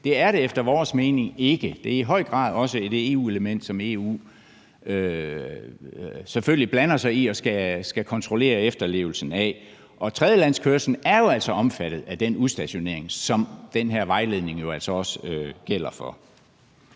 Det er det efter vores mening ikke, det er i høj grad også et EU-anliggende, som EU selvfølgelig blander sig i og skal kontrollere efterlevelsen af. Og tredjelandskørsel er jo altså omfattet af den udstationering, som den her vejledning også gælder for.